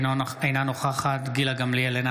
אינה נוכחת גילה גמליאל,